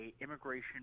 immigration